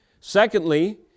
Secondly